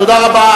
תודה רבה.